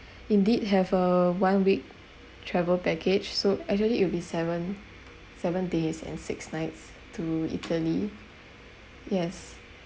indeed have a one week travel package so actually it'll be seven seven days and six nights to italy yes